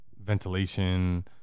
ventilation